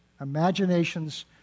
imaginations